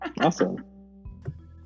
awesome